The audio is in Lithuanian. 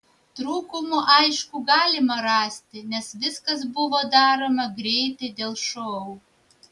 trūkumų aišku galima rasti nes viskas buvo daroma greitai dėl šou